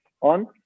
on